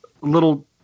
little